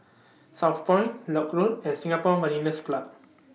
Southpoint Lock Road and Singapore Mariners' Club